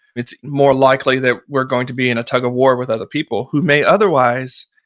it's more likely that we're going to be in a tug of war with other people who may otherwise,